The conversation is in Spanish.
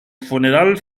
funeral